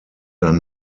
ein